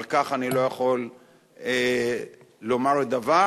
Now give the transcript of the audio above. על כך איני יכול לומר דבר,